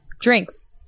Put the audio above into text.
drinks